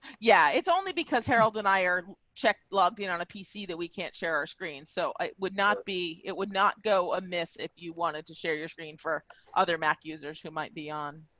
yeah, it's only because harold and i are check logged in on a pc that we can't share our screen. so i would not be, it would not go amiss if you wanted to share your screen for other mac users who might be on